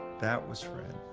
that was fred.